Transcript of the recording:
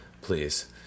please